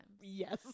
Yes